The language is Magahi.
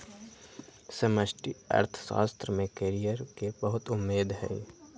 समष्टि अर्थशास्त्र में कैरियर के बहुते उम्मेद हइ